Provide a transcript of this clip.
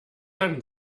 dann